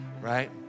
right